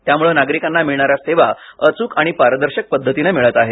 त्यामुळे नागरिकांना मिळणाऱ्या सेवा अचूक आणि पारदर्शक पद्धतीने मिळत आहेत